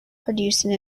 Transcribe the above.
producing